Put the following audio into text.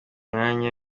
myanya